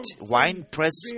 winepress